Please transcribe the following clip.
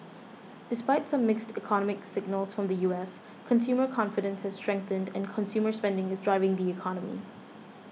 despite some mixed economic signals from the U S consumer confidence has strengthened and consumer spending is driving the economy